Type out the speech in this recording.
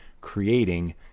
creating